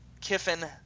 Kiffin